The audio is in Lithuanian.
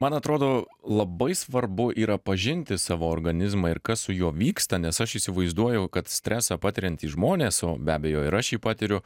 man atrodo labai svarbu yra pažinti savo organizmą ir kas su juo vyksta nes aš įsivaizduoju kad stresą patiriantys žmonės o be abejo ir aš jį patiriu